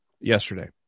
yesterday